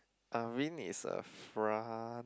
Avene is a fra~